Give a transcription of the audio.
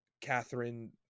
Catherine